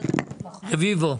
רביבו.